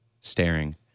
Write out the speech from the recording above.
staring